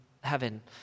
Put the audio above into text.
heaven